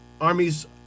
armies